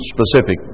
specific